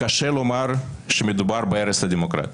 קשה לומר שמדובר ב"הרס הדמוקרטיה".